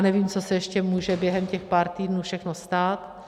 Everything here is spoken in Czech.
Nevím, co se ještě může během pár týdnů všechno stát.